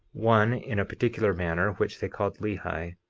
one in a particular manner which they called lehi,